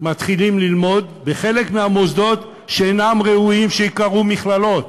מתחילים ללמוד במוסדות שחלק מהם אינם ראויים להיקרא מכללות,